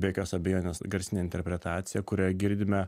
be jokios abejonės garsinė interpretacija kurią girdime